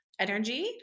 energy